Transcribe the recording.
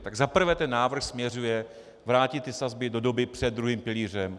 Tak za prvé, ten návrh směřuje vrátit sazby do doby před druhým pilířem.